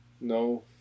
No